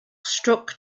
struck